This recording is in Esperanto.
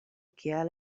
kiel